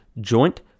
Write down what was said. joint